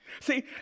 see